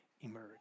emerge